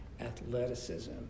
athleticism